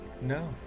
No